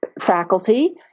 faculty